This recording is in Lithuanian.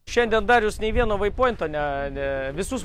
šiandien darius nei vieno vaipuojnto ne ne visus